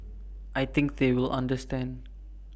I think they will understand